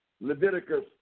Leviticus